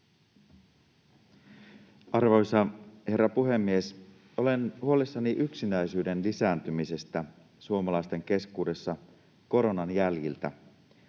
Arvoisa herra puhemies! Olen huolissani yksinäisyyden lisääntymisestä suomalaisten keskuudessa koronan jäljiltä.